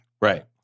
Right